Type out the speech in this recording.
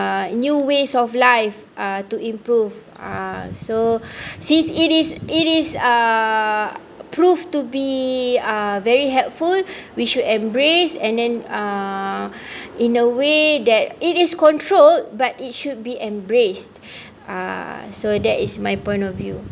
uh new ways of life uh to improve ah so since it is it is uh proved to be a very helpful we should embrace and then uh in a way that it is controlled but it should be embraced ah so that is my point of view